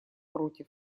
против